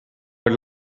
weer